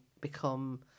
become